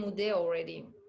already